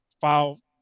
file